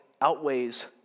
outweighs